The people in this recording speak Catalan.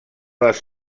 les